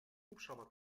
hubschrauber